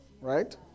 right